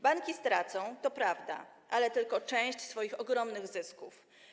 Banki stracą, to prawda, ale tylko część swoich ogromnych zysków.